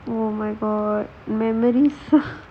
oh my god memories